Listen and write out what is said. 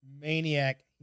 Maniac